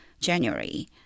January